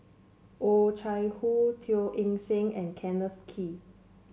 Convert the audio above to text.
Oh Chai Hoo Teo Eng Seng and Kenneth Kee